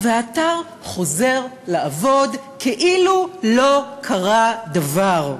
והאתר חוזר לעבוד כאילו לא קרה דבר.